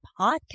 podcast